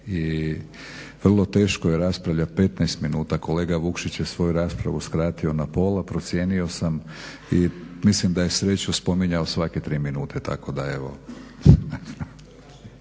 i vrlo teško je raspravljati 15 minuta kolega Vukšić je svoju raspravu skratio na pola. Procijenio sam i mislim da je sreću spominjao svake tri minute, tako da evo.